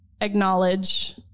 acknowledge